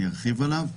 אני ארחיב עליו.